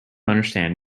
understand